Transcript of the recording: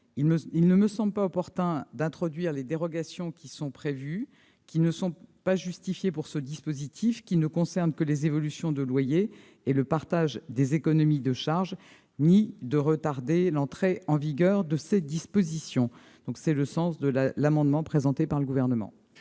Il ne me semble pas opportun d'introduire ces dérogations, qui ne sont pas justifiées pour ce dispositif- lequel ne concerne que les évolutions de loyer et le partage des économies de charges -, ni de retarder l'entrée en vigueur de ces dispositions. Tel est le sens de cet amendement. L'amendement